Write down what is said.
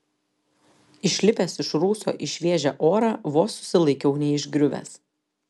išlipęs iš rūsio į šviežią orą vos susilaikiau neišgriuvęs